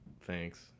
thanks